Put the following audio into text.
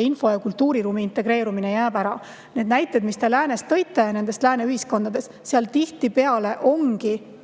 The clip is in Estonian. info- ja kultuuriruumi integreerumine jääb ära. Need näited, mis te tõite nendest lääne ühiskondadest – seal tihtipeale ongi